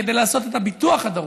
כדי לעשות את הביטוח הדרוש,